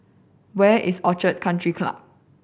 where is Orchid Country Club